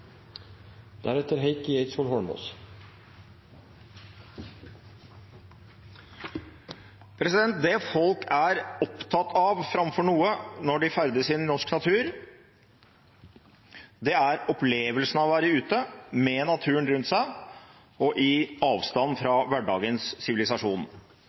opptatt av, framfor noe, når de ferdes i norsk natur, er opplevelsen av å være ute, med naturen rundt seg, i avstand fra hverdagens sivilisasjon.